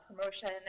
promotion